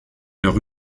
leurs